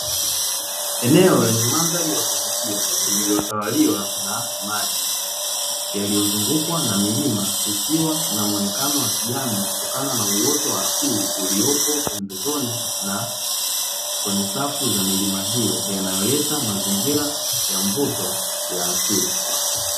Enea lenye mandhali ya kuvutia lililotawaliwa na maji. Yalio zungukwa na milima ikiwa na muonekano wa kijani kutokana na uoto wa asili, uliopo pembezoni na kwenye safu za milima hiyo inayoleta mazingira ya mvuto ya asili.